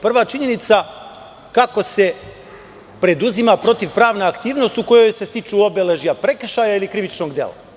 Prva činjenica je kako da se preduzima protivpravna aktivnost u kojoj se stiču obeležja prekršaja ili krivičnog dela.